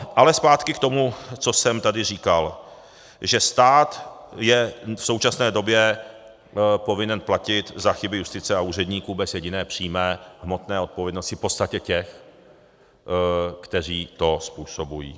Ale zpátky k tomu, co jsem tady říkal, že stát je v současné době povinen platit za chyby justice a úředníků bez jediné přímé hmotné odpovědnosti v podstatě těch, kteří to způsobují.